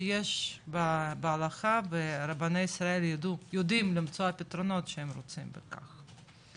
שיש בהלכה ורבני ישראל יודעים למצוא פתרונות שהם רוצים בכך.